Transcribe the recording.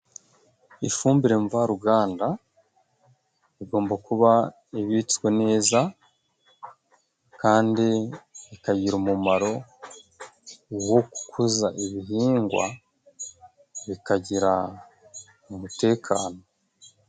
Ifumbire mvaruganda igomba kuba ibitswe neza, kandi ikagira umumaro wo gukuza ibihingwa, bikagira umutekano.